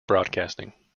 broadcasting